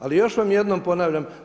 Ali još vam jednom ponavljam.